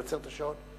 אני עוצר את השעון,